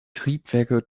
triebwerke